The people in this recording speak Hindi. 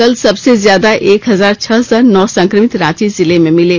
कल सबसे ज्यादा एक हजार छह सौ नौ संक्रमित रांची जिले में मिले